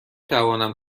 توانم